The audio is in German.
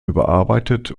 überarbeitet